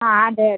ആ അതെ അതെ